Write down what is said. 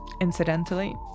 Incidentally